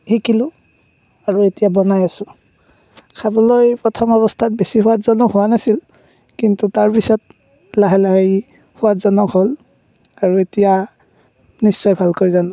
শিকিলোঁ আৰু এতিয়া বনাই আছোঁ খাবলৈ প্ৰথম অৱস্থাত বেছি সোৱাদজনক হোৱা নাছিল কিন্তু তাৰ পিছত লাহে লাহে ই সোৱাদজনক হ'ল আৰু এতিয়া নিশ্চয় ভালকৈ জানো